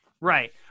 Right